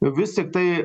vis tiktai